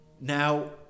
Now